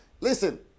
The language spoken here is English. listen